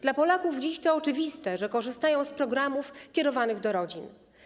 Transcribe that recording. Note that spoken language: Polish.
Dla Polaków dziś to oczywiste, że korzystają z programów kierowanych do rodzin.